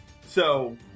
so-